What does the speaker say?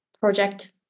project